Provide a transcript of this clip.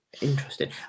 Interesting